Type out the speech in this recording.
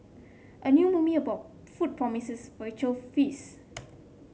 a new movie about food promises visual feast